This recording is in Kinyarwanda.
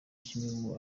kimwe